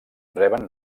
reben